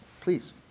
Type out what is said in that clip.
please